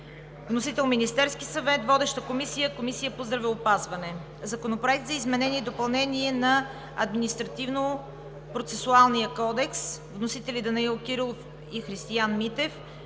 Вносител е Министерският съвет. Водеща комисия е Комисията по здравеопазването; - Законопроект за изменение и допълнение на Административнопроцесуалния кодекс. Вносители са Данаил Кирилов и Христиан Митев.